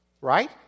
Right